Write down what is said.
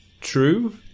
true